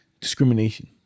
discrimination